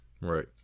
right